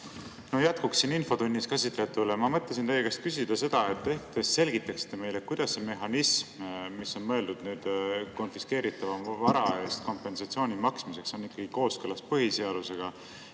Jätkuks infotunnis käsitletule ma mõtlesin teie käest küsida seda. Ehk te selgitaksite meile, kuidas see mehhanism, mis on mõeldud konfiskeeritud vara eest kompensatsiooni maksmiseks, on ikkagi kooskõlas põhiseadusega